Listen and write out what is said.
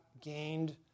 gained